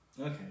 Okay